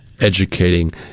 educating